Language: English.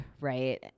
right